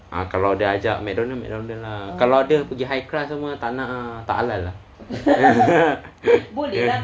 ah kalau dia ajak McDonald McDonald lah kalau dia pergi high class lah tak halal ah